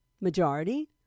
majority